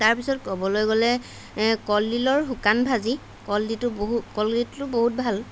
তাৰপিছত ক'বলৈ গলে এ কলডিলৰ শুকান ভাজি কলডিলটো কলডিলটো বহুত ভাল